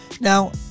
Now